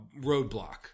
roadblock